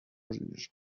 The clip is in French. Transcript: juge